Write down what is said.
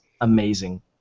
amazing